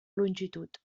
longitud